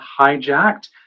hijacked